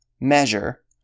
measure